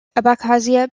abkhazia